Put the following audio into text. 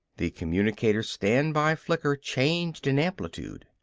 the communicator's standby flicker changed in amplitude.